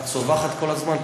את צווחת כל הזמן.